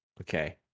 Okay